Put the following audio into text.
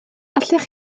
allech